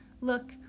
look